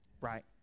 Right